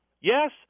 Yes